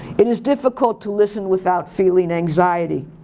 it is difficult to listen without feeling anxiety.